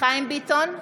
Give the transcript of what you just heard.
חיים ביטון,